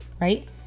right